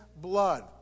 blood